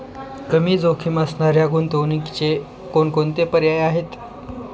कमी जोखीम असणाऱ्या गुंतवणुकीचे कोणकोणते पर्याय आहे?